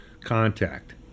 contact